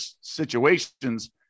situations